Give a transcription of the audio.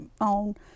on